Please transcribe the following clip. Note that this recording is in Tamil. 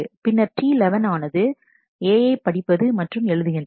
மேலும் T11 ஆனது A யை படிப்பது மற்றும் எழுதுகின்றது